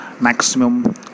Maximum